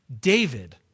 David